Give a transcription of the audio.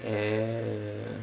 uh